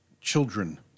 children